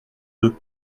deux